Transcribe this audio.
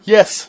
Yes